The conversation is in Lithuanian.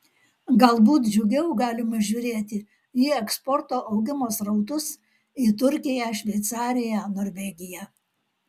galbūt džiugiau galima žiūrėti į eksporto augimo srautus į turkiją šveicariją norvegiją